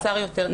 הצר יותר,